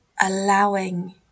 allowing